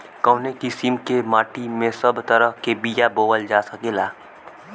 कवने किसीम के माटी में सब तरह के बिया बोवल जा सकेला?